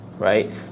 right